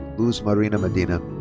luz marina medina.